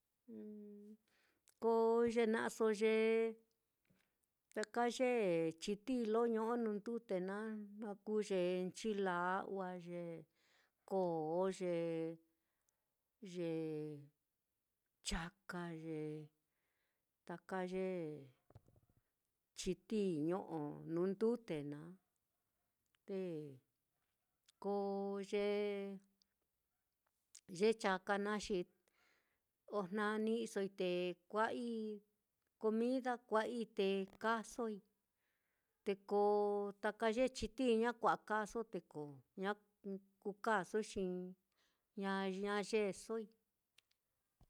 ko ye na'aso ye taka ye chitií lo ño'o nuu ndute naá, na kuu ye nchila'wa, ye koo, ye ye chaka, ye taka ye chitií ño'o nuu ndute naá, te ko ye chaka naá xi ojna ni'isoi te kua'ai comida, kua'ai te kaasoi, te ko taka ye chitií ña kua'a kaaso, te ko ña- kú kaasoi xi ña yeesoi